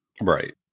Right